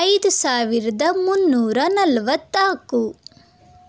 ಐದು ಸಾವಿರದ ಮುನ್ನೂರ ನಲವತ್ತ್ನಾಕು